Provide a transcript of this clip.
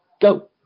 go